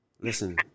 Listen